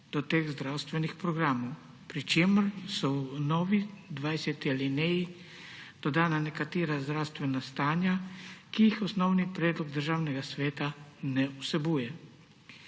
do teh zdravstvenih programov, pri čemer so v novi, 20. alineji dodana nekatera zdravstvena stanja, ki jih osnovni predlog Državnega sveta ne vsebuje.